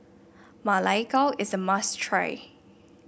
Ma Lai Gao is a must try